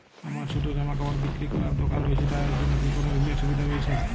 আমার ছোটো জামাকাপড় বিক্রি করার দোকান রয়েছে তা এর জন্য কি কোনো ঋণের সুবিধে রয়েছে?